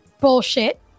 bullshit